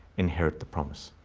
inherit the promise.